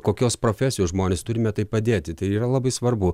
kokios profesijos žmonės turime tai padėti tai yra labai svarbu